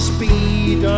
Speed